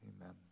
amen